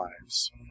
lives